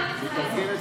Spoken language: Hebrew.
תראי,